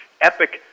epic